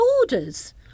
orders